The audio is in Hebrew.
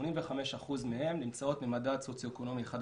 85% מהן נמצאות במדד סוציואקונומי 3-1,